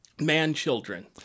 Man-children